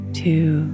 two